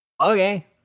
Okay